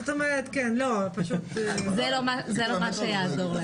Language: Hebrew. זאת אומרת, פשוט --- זה לא מה שיעזור להם.